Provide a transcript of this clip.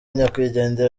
nyakwigendera